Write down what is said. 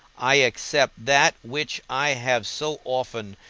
i accept that which i have so often,